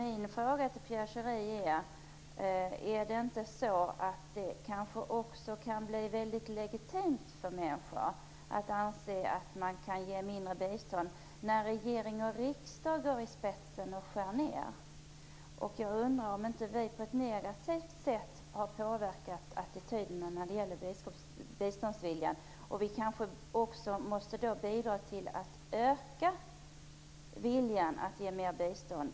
Kan det inte bli legitimt, Pierre Schori, för människor att anse att biståndet kan sänkas, när regering och riksdag går i spetsen för nedskärningar? Har inte vi på ett negativt sätt påverkat attityderna när det gäller biståndsviljan? Vi kanske måste bidra till att öka viljan till att ge mer bistånd.